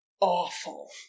awful